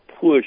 push